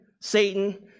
Satan